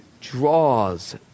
draws